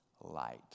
light